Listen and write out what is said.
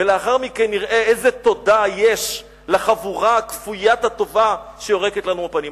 ולאחר מכן נראה איזו תודה יש לחבורה כפוית הטובה שיורקת לנו בפנים.